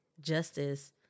justice